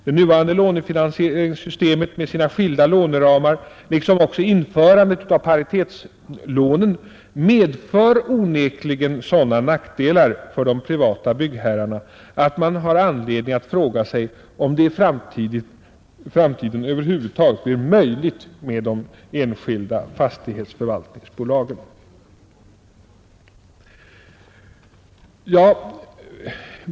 Det nuvarande lånefinansieringssystemet med sina skilda låneramar liksom också införandet av paritetslånen medför onekligen sådana nackdelar för de privata byggherrarna att man har anledning fråga sig om det i framtiden över huvud taget blir möjligt med de enskilda fastighetsförvaltningsbolagen.